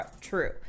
true